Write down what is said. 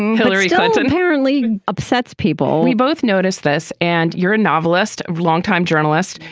hillary clinton apparently upsets people. we both notice this. and you're a novelist, longtime journalist,